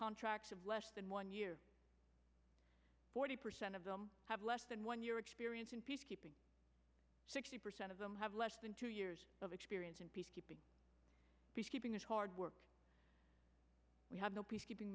contracts of less than one year forty percent of them have less than one year experience in peacekeeping sixty percent of them have less than two years of experience in peacekeeping peacekeeping is hard work we have no peacekeeping